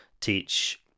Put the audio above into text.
teach